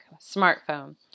smartphone